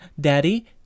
daddy